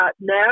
Now